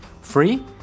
Free